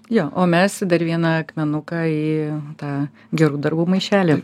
jo o mes dar vieną akmenuką į tą gerų darbų maišelį